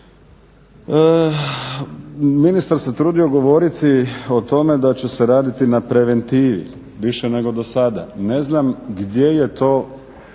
Ministar se trudio govoriti o tome da će se raditi na preventivi, više nego dosada. Ne znam gdje je to